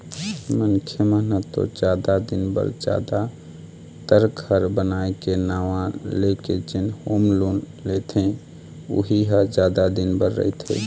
मनखे मन ह तो जादा दिन बर जादातर घर बनाए के नांव लेके जेन होम लोन लेथे उही ह जादा दिन बर रहिथे